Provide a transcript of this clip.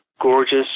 gorgeous